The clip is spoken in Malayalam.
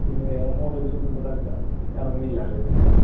പിന്നെ വേറേ മോഡൽസ്സൊന്നുമിപ്പം തൽക്കാലം ഇറങ്ങണില്ലാല്ലേ നിങ്ങളുടെ